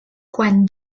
quan